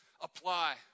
apply